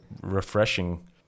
refreshing